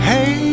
Hey